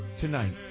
tonight